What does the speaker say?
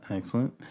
excellent